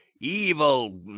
evil